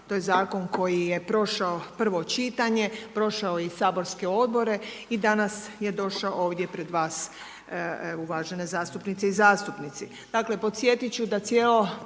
To je zakon koji je prošao prvo čitanje, prošao je i saborske odbore i danas je došao ovdje pred vas uvažene zastupnice i zastupnici.